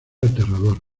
aterrador